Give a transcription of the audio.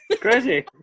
crazy